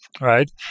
right